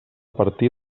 partir